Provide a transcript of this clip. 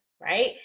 right